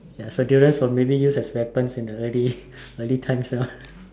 ya so durians were maybe used as weapons in the early early times lah